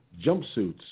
jumpsuits